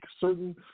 certain